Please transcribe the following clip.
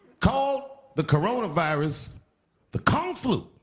call the coronavirus the kung flu.